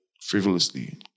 frivolously